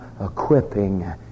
equipping